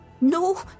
No